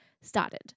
started